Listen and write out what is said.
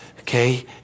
okay